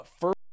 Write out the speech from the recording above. first